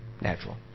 Natural